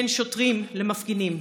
בין שוטרים למפגינים,